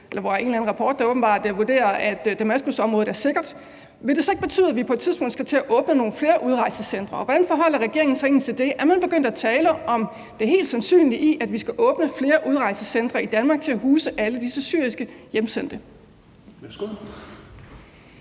hvor en eller anden rapport åbenbart har vurderet, at Damaskusområdet er sikkert, vil det så ikke betyde, at vi på et tidspunkt skal til at åbne nogle flere udrejsecentre? Og hvordan forholder regeringen sig egentlig til det? Er man begyndt at tale om det helt sandsynlige i, at vi skal åbne flere udrejsecentre i Danmark til at huse alle disse syriske hjemsendte?